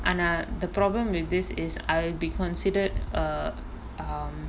and uh the problem with this is I be considered err err